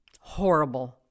Horrible